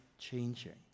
changing